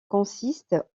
consiste